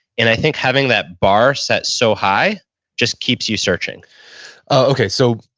and i think having that bar set so high just keeps you searching okay. so,